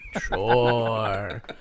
Sure